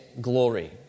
glory